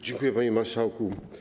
Dziękuję, panie marszałku.